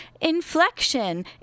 inflection